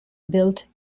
built